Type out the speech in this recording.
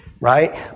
right